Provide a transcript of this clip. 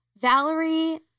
Valerie